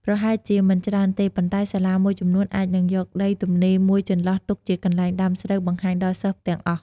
ប្រហែលជាមិនច្រើនទេ ប៉ុន្តែសាលាមួយចំនួនអាចនឹងយកដីទំនេរមួយចន្លោះទុកជាកន្លែងដាំស្រូវបង្ហាញដល់សិស្សទាំងអស់។